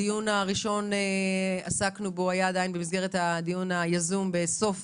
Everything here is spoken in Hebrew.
הדיון הראשון היה עדיין במסגרת הדיון היזום בסוף